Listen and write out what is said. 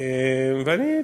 אני,